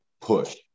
push